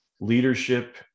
leadership